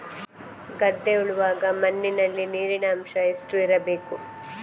ಗದ್ದೆ ಉಳುವಾಗ ಮಣ್ಣಿನಲ್ಲಿ ನೀರಿನ ಅಂಶ ಎಷ್ಟು ಇರಬೇಕು?